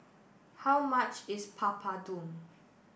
how much is Papadum